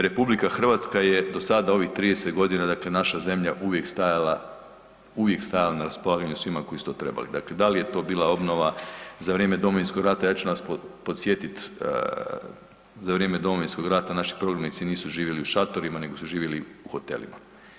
RH je do sada, ovih 30 godina, dakle, naša zemlja, uvijek stajala ja raspolaganju svima koji su to trebali, dakle, da li je to bila obnova za vrijeme Domovinskog rata, ja ću vas podsjetiti za vrijeme Domovinskog rata naši prognanici nisu živjeli u šatorima nego su živjeli u hotelima.